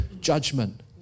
judgment